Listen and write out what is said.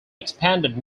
expanded